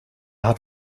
hat